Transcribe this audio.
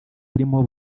burimo